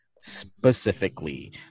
specifically